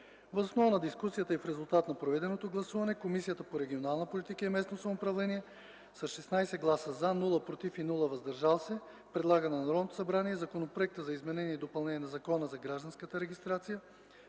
Въз основа на дискусията и в резултат на проведеното гласуване Комисията по регионална политика и местно самоуправление с 16 гласа “за”, без “против” и “въздържали се” предлага на Народното събрание Законопроект за изменение и допълнение на Закона за гражданската регистрация,